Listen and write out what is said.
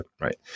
right